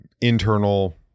internal